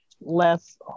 less